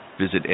Visit